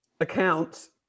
accounts